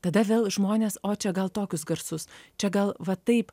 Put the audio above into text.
tada vėl žmonės o čia gal tokius garsus čia gal va taip